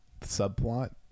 subplot